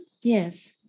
Yes